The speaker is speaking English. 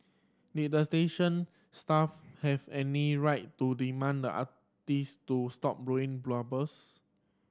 did the station staff have any right to demand the artist to stop blowing bubbles